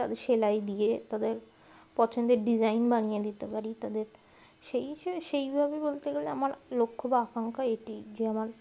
তাদের সেলাই দিয়ে তাদের পছন্দের ডিজাইন বানিয়ে দিতে পারি তাদের সেই হ সে সেইভাবে বলতে গেলে আমার লক্ষ্য বা আকাঙ্ক্ষা এটি যে আমার